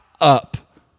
up